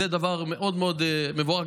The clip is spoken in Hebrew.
זה דבר מאוד מבורך.